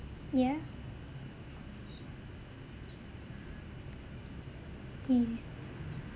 ya mmhmm